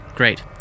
great